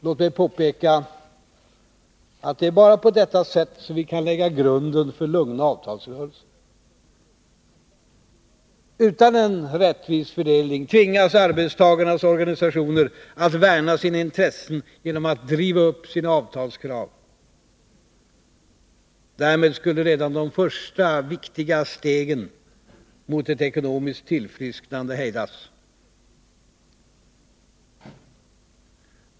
Låt mig påpeka att det är bara på detta sätt som vi kan lägga grunden till lugna avtalsrörelser. Utan en rättvis fördelning tvingas arbetstagarnas organisationer att värna sina intressen genom att driva upp sina avtalskrav. Därmed skulle redan de första viktiga stegen mot ett ekonomiskt tillfrisknande hejdas.